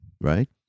right